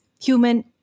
human